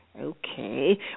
Okay